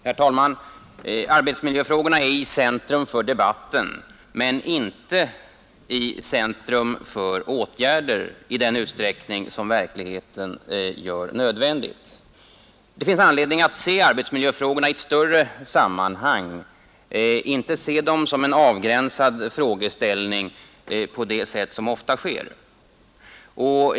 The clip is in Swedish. Herr talman! Arbetsmiljöfrågorna är i centrum för debatten men inte i centrum för åtgärder i den utsträckning som verkligheten gör nödvändig. Det finns anledning att se arbetsmiljöfrågorna i ett större sammanhang, inte se dem som en avgränsad frågeställning på det sätt som ofta sker.